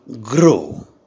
grow